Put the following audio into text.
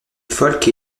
folk